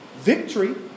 Victory